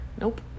Nope